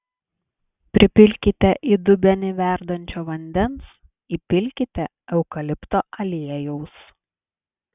pripilkite į dubenį verdančio vandens įpilkite eukalipto aliejaus